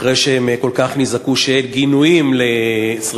אחרי שהם כל כך נזעקו שאין גינויים לשרפת